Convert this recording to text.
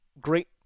great